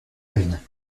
ruines